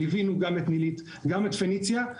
ליווינו גם את נילית וגם את פניציה.